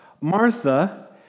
Martha